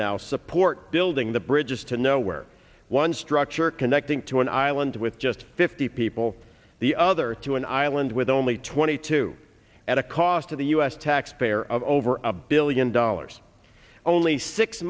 now support building the bridges to nowhere one structure connecting to an island with just fifty people the other to an island with only twenty two at a cost to the u s taxpayer of over a billion dollars only six